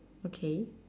okay